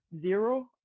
Zero